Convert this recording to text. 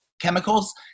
chemicals